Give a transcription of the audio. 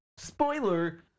Spoiler